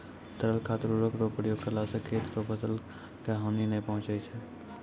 तरल खाद उर्वरक रो प्रयोग करला से खेत रो फसल के हानी नै पहुँचय छै